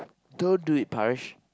don't do it Parish